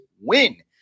win